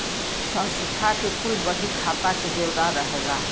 संस्था के कुल बही खाता के ब्योरा रहेला